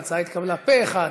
ההצעה התקבלה פה אחד: